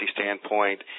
standpoint